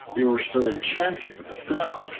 they were so enchanted with the sound,